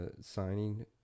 signing